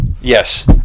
yes